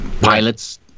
Pilots